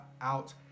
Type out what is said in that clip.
out